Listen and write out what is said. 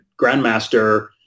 grandmaster